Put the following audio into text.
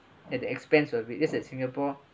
at the expense of it just like singapore